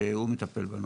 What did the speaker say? שמטפל בנושא.